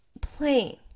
playing